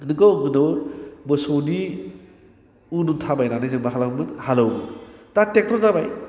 नंगौ गोदो मोसौनि उन उन थाबायनानै जों मा खालामोमोन हालेवोमोन दा ट्रेकटर जाबाय